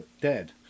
dead